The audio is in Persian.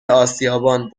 اسیابان